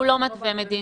הוא לא מתווה מדיניות,